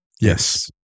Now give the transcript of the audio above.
yes